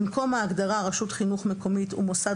(א)במקום ההגדרה ""רשות חינוך מקומית" ו"מוסד